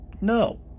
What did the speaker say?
No